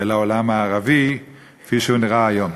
אל העולם הערבי כפי שהוא נראה היום.